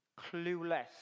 clueless